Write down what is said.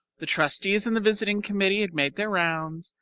the trustees and the visiting committee had made their rounds,